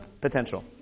potential